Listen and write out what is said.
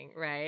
right